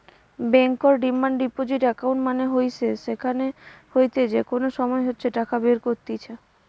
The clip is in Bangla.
বেঙ্কর ডিমান্ড ডিপোজিট একাউন্ট মানে হইসে যেখান হইতে যে কোনো সময় ইচ্ছে টাকা বের কত্তিছে